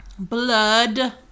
blood